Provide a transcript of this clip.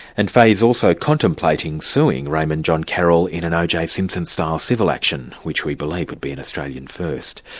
and faye is also contemplating suing raymond john carroll in an oj simpson-style civil action, which we believe would be an australian first.